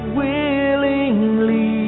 willingly